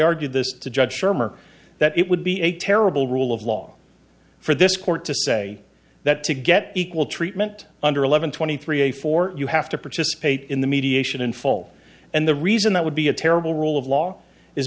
argued this to judge shermer that it would be a terrible rule of law for this court say that to get equal treatment under eleven twenty three a four you have to participate in the mediation in full and the reason that would be a terrible rule of law is